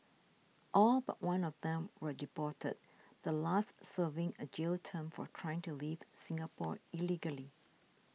all but one of them were deported the last serving a jail term for trying to leave Singapore illegally